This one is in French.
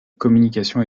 communication